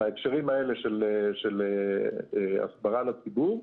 בהקשרים האלה של הסברה לציבור.